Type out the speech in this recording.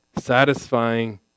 satisfying